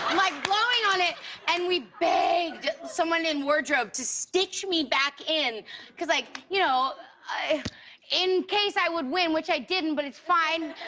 um like blowing on it and we begged someone in wardrobe to stitch me back in cuz like, you know, in case i would win, which i didn't but it's fine,